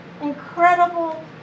Incredible